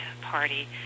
party